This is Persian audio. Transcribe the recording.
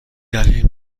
دلیل